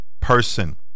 person